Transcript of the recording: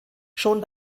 schon